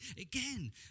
Again